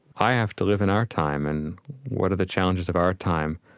i have to live in our time. and what are the challenges of our time?